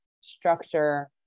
structure